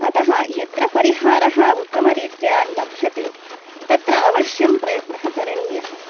अतः यत्र परिहारः उत्तमरीत्या लभ्यते तत्र अवश्यं प्रयत्नः करणीयः